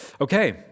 Okay